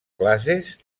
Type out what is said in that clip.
classes